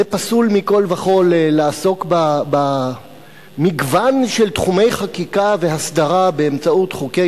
זה פסול מכול וכול לעסוק במגוון של תחומי חקיקה והסדרה באמצעות חוקי